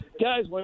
guys